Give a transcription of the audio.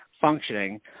functioning